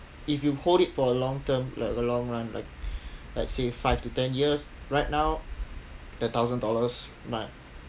if you hold it for a long term like a long run like let's say five to ten years right now the thousand dollars might